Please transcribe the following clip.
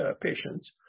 patients